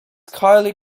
highly